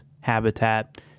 Habitat